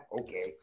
Okay